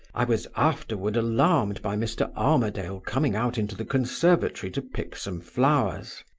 i was afterward alarmed by mr. armadale coming out into the conservatory to pick some flowers.